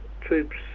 troops